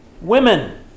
Women